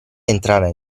entrare